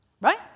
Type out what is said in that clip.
Right